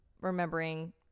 remembering